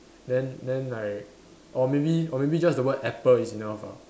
then then like or maybe or maybe just the word apple is enough ah